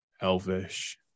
elvish